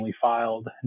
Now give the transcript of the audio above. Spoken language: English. filed